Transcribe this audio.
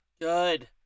good